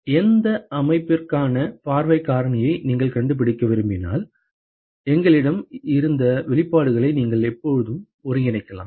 எனவே எந்த அமைப்பிற்கான பார்வை காரணியை நீங்கள் கண்டுபிடிக்க விரும்பினால் எங்களிடம் இருந்த வெளிப்பாடுகளை நீங்கள் எப்போதும் ஒருங்கிணைக்கலாம்